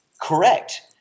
correct